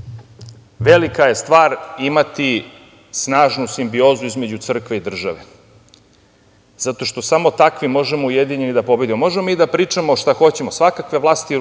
odnos. Velika je stvar imati snažnu simbiozu između crkve i države. Zato što samo takvi možemo ujedinjeni da pobedimo. Možemo da pričamo šta hoćemo, svakakve vlasti